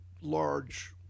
large